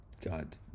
God